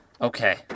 Okay